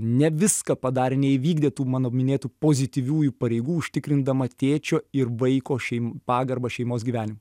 ne viską padarė neįvykdė tų mano minėtų pozityviųjų pareigų užtikrindama tėčio ir vaiko šeim pagarbą šeimos gyvenimo